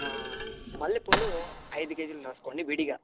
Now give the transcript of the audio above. మల్లెపూలు అయిదు కేజీలు రాస్కోండి విడిగా